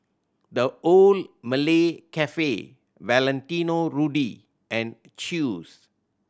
The Old Malay Cafe Valentino Rudy and Chew's